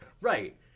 right